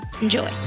Enjoy